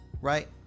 right